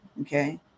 Okay